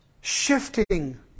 shifting